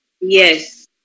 yes